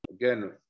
Again